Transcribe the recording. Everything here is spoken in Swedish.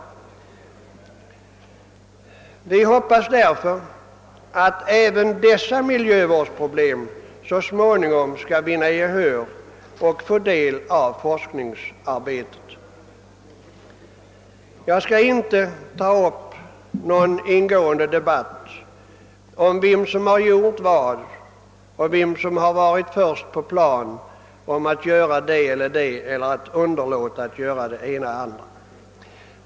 Vi hoppas därför att även dessa miljövårdsproblem så småningom skall beaktas och komma att omfattas av forskningsarbetet: Jag skall inte ta upp någon ingående debatt om vem som har gjort vad, om vem som har varit först på plan då det gällt att göra det och det eller om vem som underlåtit att göra det ena och det andra.